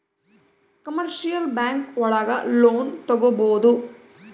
commercial bank ಒಳಗ loan ತಗೊಬೋದು